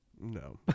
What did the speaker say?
No